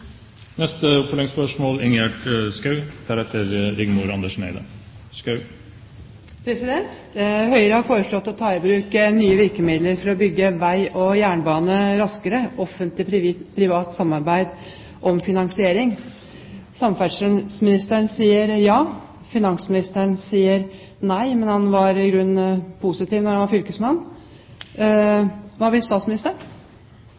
Schou – til oppfølgingsspørsmål. Høyre har foreslått å ta i bruk nye virkemidler for å bygge vei og jernbane raskere – Offentlig Privat Samarbeid om finansiering. Samferdselsministeren sier ja, finansministeren sier nei, men han var i grunnen positiv da han var